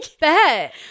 bet